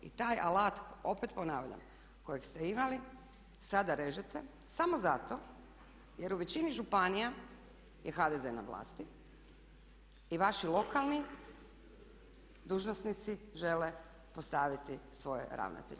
I taj alat opet ponavljam kojeg ste imali sada režete samo zato jer u većini županija je HDZ na vlasti i vaši lokalni dužnosnici žele postaviti svoje ravnatelje.